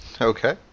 Okay